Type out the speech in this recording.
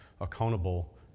accountable